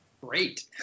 Great